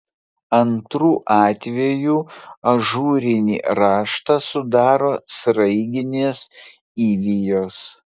antru atvejų ažūrinį raštą sudaro sraiginės įvijos